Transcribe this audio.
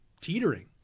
teetering